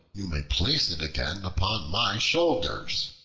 you may place it again upon my shoulders.